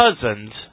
cousins